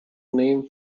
name